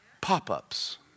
pop-ups